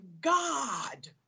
God